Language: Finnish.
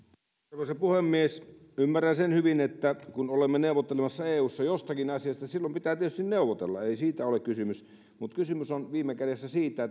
arvoisa puhemies ymmärrän sen hyvin että kun olemme neuvottelemassa eussa jostakin asiasta silloin pitää tietysti neuvotella ei siitä ole kysymys mutta kysymys on viime kädessä siitä